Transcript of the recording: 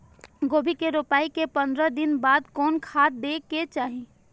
गोभी के रोपाई के पंद्रह दिन बाद कोन खाद दे के चाही?